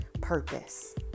purpose